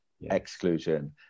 exclusion